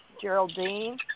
Geraldine